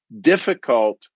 difficult